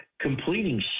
completing